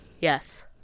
Yes